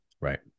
right